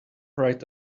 right